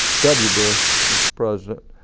w. bush was president,